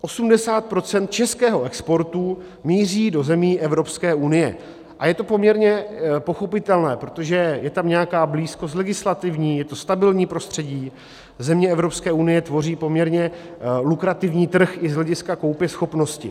Osmdesát procent českého exportu míří do zemí Evropské unie a je to poměrně pochopitelné, protože je tam nějaká blízkost legislativní, je to stabilní prostředí, země Evropské unie tvoří poměrně lukrativní trh i z hlediska koupěschopnosti.